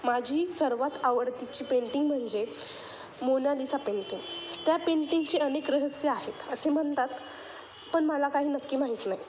माझी सर्वात आवडतीची पेंटिंग म्हणजे मोनालीसा पेंटिंग त्या पेंटिंगचे अनेक रहस्य आहेत असे म्हणतात पण मला काही नक्की माहीत नाही